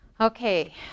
Okay